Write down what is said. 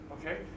Okay